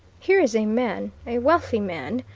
here is a man, a wealthy man,